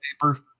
paper